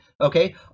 Okay